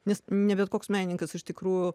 nes ne bet koks menininkas iš tikrųjų